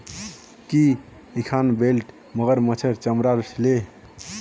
की इखन बेल्ट मगरमच्छेर चमरार छिके